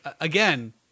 again